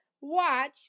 watch